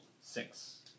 Six